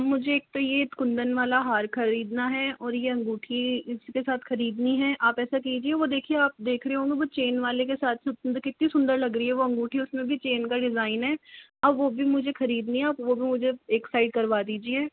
मुझे एक तो ये कुंदन वाला हार खरीदना है और ये अंगूठी इसी के साथ खरीदनी है आप ऐसा कीजिए वो देखिये आप वो देख रहे होंगे वो चेन वाले के साथ जो वो कितनी सुन्दर लग रही है वो अंगूठी उसमें भी चेन का डिज़ाइन है और वह भी मुझे खरीदनी है आप वह भी मुझे एक साइड करवा दीजिये